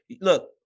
look